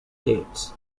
ets